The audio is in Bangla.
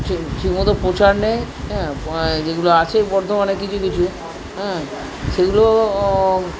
ঠিক ঠিক মতো প্রচার নেই হ্যাঁ যেগুলো আছে বর্ধমানে কিছু কিছু হ্যাঁ সেগুলো